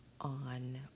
on